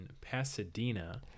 pasadena